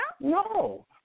No